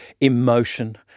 emotion